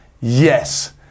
yes